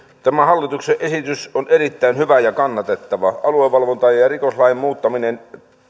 tämä hallituksen esitys on erittäin hyvä ja kannatettava aluevalvonta ja ja rikoslain muuttaminen